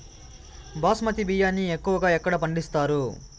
బాస్మతి బియ్యాన్ని ఎక్కువగా ఎక్కడ పండిస్తారు?